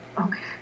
Okay